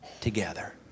together